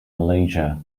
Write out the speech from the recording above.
malaysia